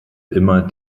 immer